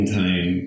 time